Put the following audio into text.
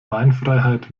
beinfreiheit